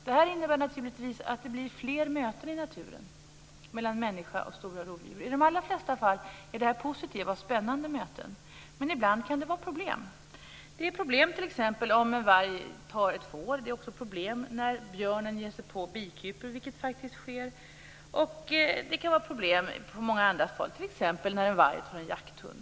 Detta innebär naturligtvis att det blir fler möten i naturen mellan människa och stora rovdjur. I de allra flesta fall är detta positiva och spännande möten, men ibland kan det vara problem. Det är t.ex. problem om en varg tar ett får, när björnen ger sig på bikupor, vilket faktiskt sker, och när en varg tar en jakthund.